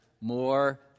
more